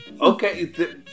Okay